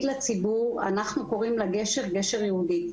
לציבור אנחנו קוראים לגשר גשר יהודית.